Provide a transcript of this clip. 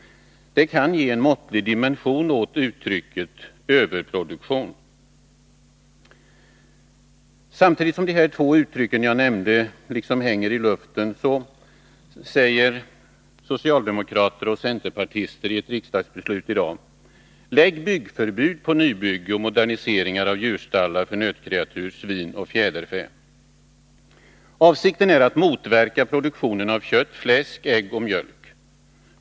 Det kan ge en måttlig dimension åt uttrycket överproduktion. Samtidigt som de två uttalanden jag nämnde liksom hänger i luften säger socialdemokrater och centerpartister i ett riksdagsbeslut i dag: Lägg byggförbud på nybygge och moderniseringar av djurstallar för nötkreatur, svin och fjäderfä. Avsikten är att motverka produktionen av kött, fläsk, ägg och mjölk.